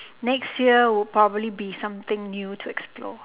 next year will probably be something new to explore